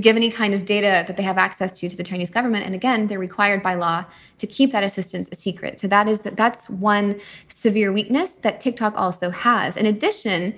give any kind of data that they have access to to the chinese government. and again, they're required by law to keep that assistance. a secret to that is that that's one severe weakness that tick-tock also has. in addition,